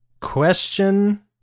question